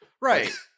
Right